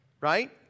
Right